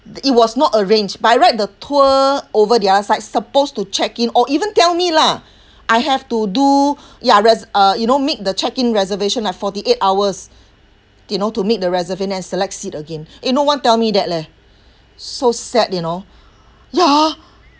it was not arranged by right the tour over the other side supposed to check-in or even tell me lah I have to do ya res~ uh you know make the check-in reservation like forty eight hours you know to meet the reservation and select seat again eh no one tell me that leh so sad you know ya